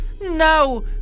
no